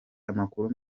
amakuru